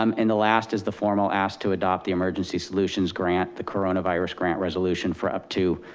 um and the last is the formal asked to adopt the emergency solutions grant, the coronavirus grant resolution for up to,